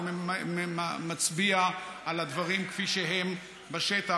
והוא מצביע על הדברים כפי הם בשטח,